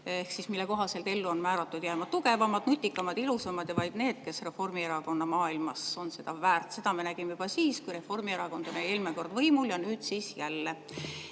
mille kohaselt ellu on määratud jääma tugevamad, nutikamad, ilusamad ja vaid need, kes Reformierakonna maailmas on seda väärt. Seda me nägime juba siis, kui Reformierakond oli eelmine kord võimul, ja nüüd siis